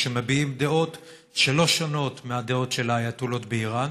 שמביעים דעות שלא שונות מהדעות של האייטולות באיראן.